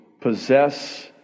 possess